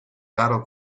battle